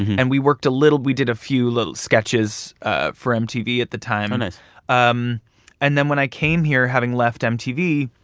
and we worked a little we did a few little sketches ah for mtv at the time how nice um and then when i came here, having left mtv,